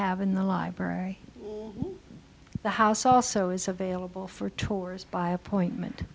have in the library the house also is available for tours by appointment